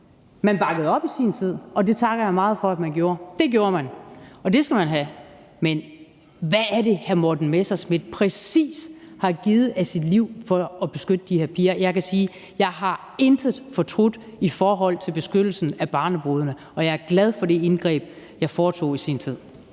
Man bakkede op i sin tid, og det takker jeg meget for at man gjorde. Det gjorde man, og det skal man have. Men hvad er det, hr. Morten Messerschmidt præcis har givet af sit liv for at beskytte de her piger? Jeg kan sige, at jeg intet har fortrudt i forhold til beskyttelsen af barnebrudene. Og jeg er glad for det indgreb, jeg foretog i sin tid.